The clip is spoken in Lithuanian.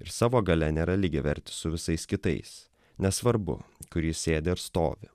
ir savo galia nėra lygiavertis su visais kitais nesvarbu kur jis sėdi ar stovi